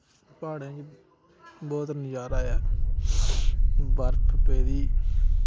प्हाड़ें च बोह्त नजारा ऐ बर्फ पेदी